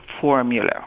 formula